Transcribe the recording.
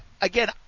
again